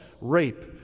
rape